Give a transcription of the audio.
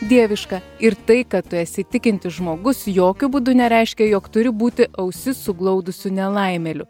dieviška ir tai kad tu esi tikintis žmogus jokiu būdu nereiškia jog turi būti ausis suglaudusiu nelaimėliu